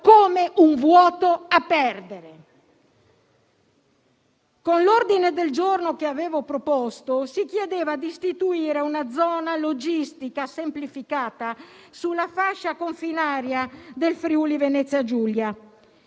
come un vuoto a perdere. Con l'ordine del giorno che avevo proposto si chiedeva di istituire una zona logistica semplificata sulla fascia confinaria del Friuli-Venezia Giulia.